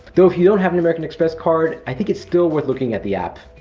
though if you don't have an american express card, i think it's still worth looking at the app.